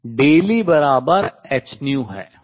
E बराबर h है